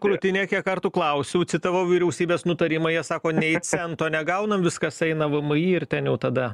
krūtinę kiek kartų klausiau citavau vyriausybės nutarimą jie sako nei cento negaunam viskas eina vmi ir ten jau tada